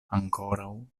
ankoraŭ